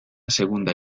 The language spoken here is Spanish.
segunda